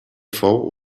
fou